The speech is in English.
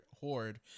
horde